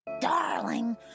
Darling